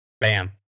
Bam